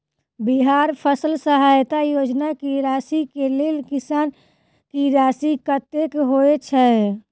बिहार फसल सहायता योजना की राशि केँ लेल किसान की राशि कतेक होए छै?